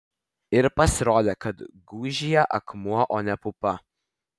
ir pasirodė kad gūžyje akmuo o ne pupa